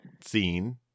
scene